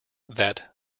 that